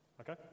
Okay